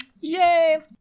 Yay